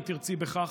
אם תרצי בכך,